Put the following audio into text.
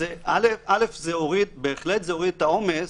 זה בהחלט הוריד את העומס,